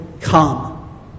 come